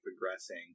progressing